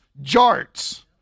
Jarts